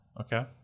Okay